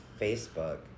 Facebook